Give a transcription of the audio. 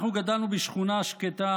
אנחנו גדלנו בשכונה שקטה